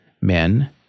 Men